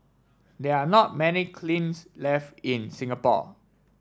there are not many kilns left in Singapore